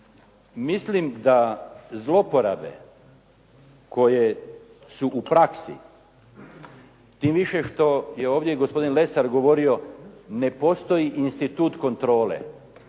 Mislim da zlouporabe koje su u praksi tim više što je ovdje i gospodin Lesar govorio ne postoji institut kontrole.